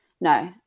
no